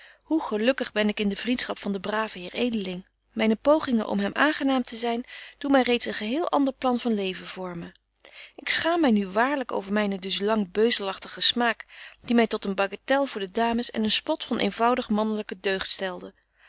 hoe gelukkig ben ik in de vriendschap van den braven heer edeling myne pogingen om hem aangenaam te zyn doen my reeds een geheel ander plan van leven vormen ik schaam my nu waarlyk over mynen dus lang beuzelachtigen smaak die my tot een bagatelle voor de dames en een spot van eenvoudige manlyke deugd stelde